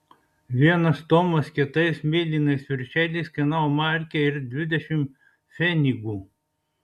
vienas tomas kietais mėlynais viršeliais kainavo markę ir dvidešimt pfenigų